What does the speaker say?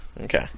okay